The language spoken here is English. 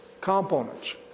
components